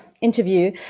interview